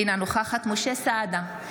אינה נוכחת משה סעדה,